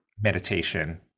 meditation